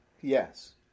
yes